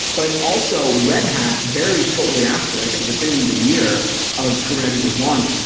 but also red had very shortly after. i think within the year of kubernetes is launched,